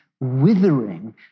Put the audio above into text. withering